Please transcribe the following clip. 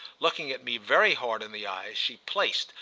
looking at me very hard in the eyes, she placed,